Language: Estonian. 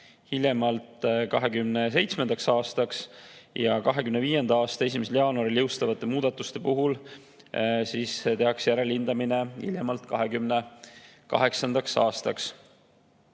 hiljemalt 2027. aastaks ja 2025. aasta 1. jaanuaril jõustuvate muudatuste puhul tehakse järelhindamine hiljemalt 2028. aastaks.